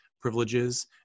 privileges